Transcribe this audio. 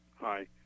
Hi